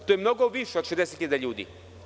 To je mnogo više od 60.000 ljudi.